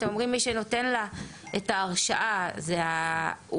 אתם אומרים שמי שנותן לה את ההרשאה הוא,